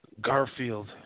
Garfield